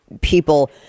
people